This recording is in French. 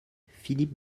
philippe